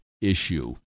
issue